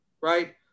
right